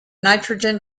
nitrogen